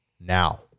Now